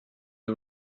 you